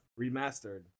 Remastered